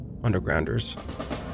Undergrounders